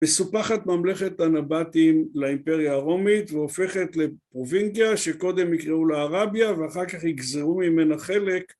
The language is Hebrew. מסופחת ממלכת הנבטים לאימפריה הרומית, והופכת לפרובינציה, שקודם יקראו לה ערבייא ואחר כך יגזרו ממנה חלק